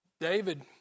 David